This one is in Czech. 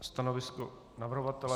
Stanovisko navrhovatele?